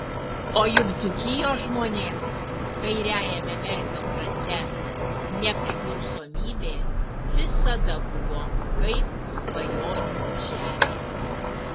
o juk dzūkijos žmonėms kairiajame merkio krante nepriklausomybė visada buvo kaip svajonių žemė